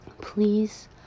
please